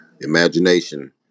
imagination